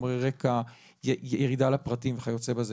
חומרי רקע, ירידה לפרטים וכיוצא בזה.